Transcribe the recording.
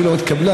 כידוע לכם,